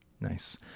Nice